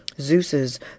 Zeus's